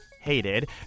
hated